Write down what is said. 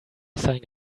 sign